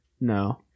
No